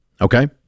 Okay